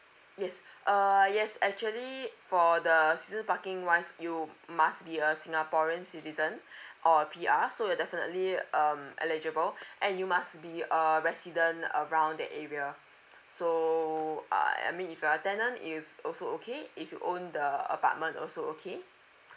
yes uh yes actually for the season parking wise you must be a singaporean citizen or P_R so you're definitely um eligible and you must be a resident around that area so err I mean if you're a tenant it's also okay if you own the apartment also okay